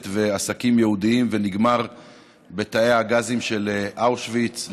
ועסקים יהודיים ונגמר בתאי הגזים של אושוויץ,